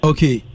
Okay